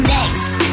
Next